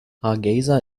hargeysa